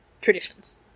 traditions